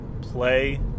play